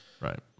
Right